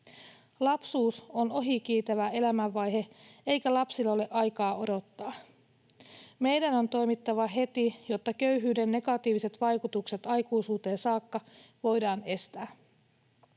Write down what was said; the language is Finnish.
Lapsuus on ohikiitävä elämänvaihe, eikä lapsilla ole aikaa odottaa. Meidän on toimittava heti, jotta köyhyyden negatiiviset vaikutukset aikuisuuteen saakka voidaan estää.